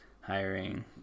hiring